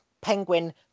penguin